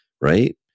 Right